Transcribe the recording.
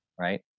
right